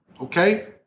Okay